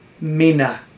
Mina